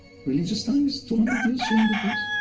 religious time is two hundred years, three hundred years,